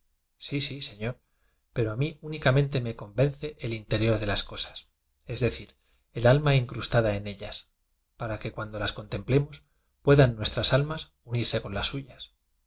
sí sí señor pero a mí únicamente me convence el interior de las cosas es decir el alma incrus tada en ellas para que cuando las contem plemos puedan nuestras almas unirse con las suyas y